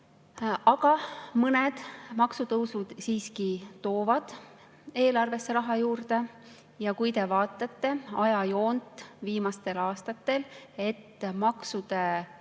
Aga mõned maksutõusud siiski toovad eelarvesse raha juurde. Kui te vaatate ajajoont viimastel aastatel, [näete],